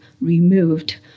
removed